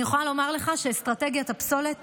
אני יכולה לומר לך שאסטרטגיית הפסולת